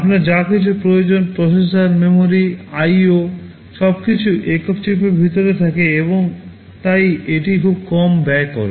আপনার যা কিছু প্রয়োজন প্রসেসর মেমরি আইও সবকিছু একক চিপের ভিতরে থাকে এবং তাই এটি খুব কম ব্যয় করে